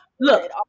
Look